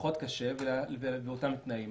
פחות קשה באותם תנאים.